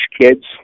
kids